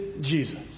Jesus